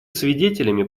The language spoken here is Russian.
свидетелями